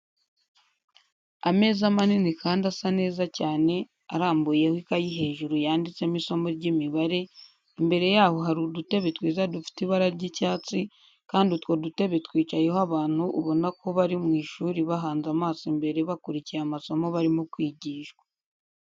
Ameza manini kandi asa neza cyane arambuyeho ikayi hejuru yanditsemo isomo ry'imibare imbere yaho hari udutebe twiza dufite ibara ry'icyatsi kandi utwo dutebe twicayeho abantu ubona ko bari mu ishuri bahanze amaso imbere bakurikiye amasomo barimo kwigishwa.